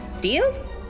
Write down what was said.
Deal